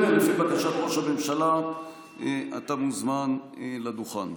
אתה מוזמן לדוכן.